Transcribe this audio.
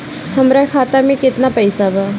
हमरा खाता में केतना पइसा बा?